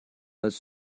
als